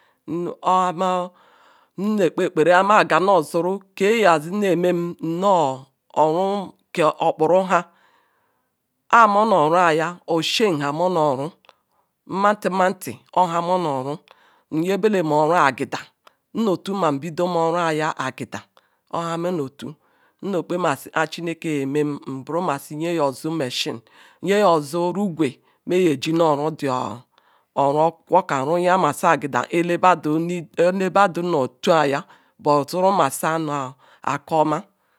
Nu ohama nne ekpe ekpere noh muga nu osuru nkeh nnazi neh emeh nno owu keh okpuru nha ah meno oru ayah oshie nha meno-oru nmati nha mmo oru nyebele oru agida nno-otu nma bido mah nruya agida orhamene-otu nno kpemasi chineke nye-emen nburu masi nyeyozu Machine nyeyozu igwe nme yeji noh oru oru okukwo kam aruyamasi agida ele-badu ni elebadu nnochua zuru masi anoh akah omah.